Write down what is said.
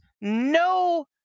no